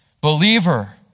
believer